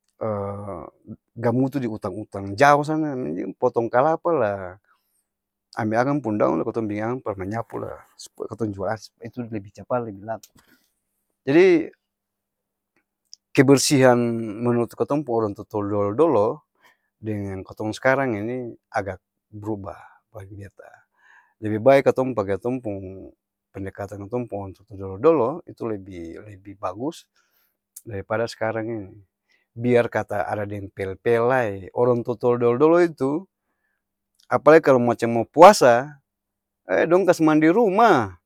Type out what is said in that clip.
gamutu di utang-utang jao sana, potong kalapa laa, ambel akang pung daong la katong biking akang par manyapu la supaya katong jual akang itu lebih cepat, lebih laku, jadi kebersihan menurut katong pung orang tua-tua dolo-dolo, dengan katong s'karang ini, agak brubah bagi beta lebe baik katong pake katong pung pendekatan katong pung orang tua-tua dolo-dolo, itu lebih lebih bagus, daripada skarang ini, biar kata ada deng pel-pel lae, orang tua-tua dolo-dolo itu apalai kalo macam mo puasa, ee dong kas mandi rumah!